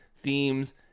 themes